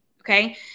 Okay